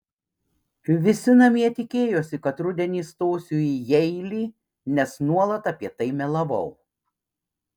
visi namie tikėjosi kad rudenį stosiu į jeilį nes nuolat apie tai melavau